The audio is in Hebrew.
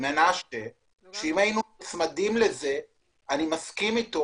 אם היינו נצמדים לזה אני מסכים אתו